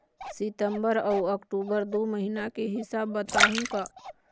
सितंबर अऊ अक्टूबर दू महीना के हिसाब बताहुं का?